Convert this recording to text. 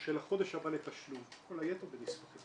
של החודש הבא לתשלום, כל היתר במסמכים.